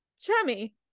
Chummy